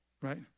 right